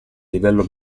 livello